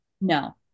No